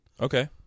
Okay